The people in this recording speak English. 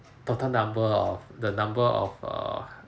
total number of the number of err